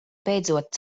beidzot